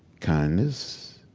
kindness,